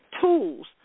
tools